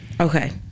Okay